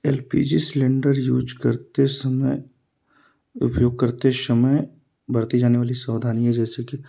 L P G cylinder use करते समय उपयोग करते समय बरती जाने वाली सावधानियाँ जैसे कि